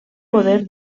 poder